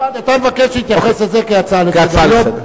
כלומר, אתה מבקש להתייחס לזה כאל הצעה לסדר-היום.